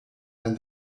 and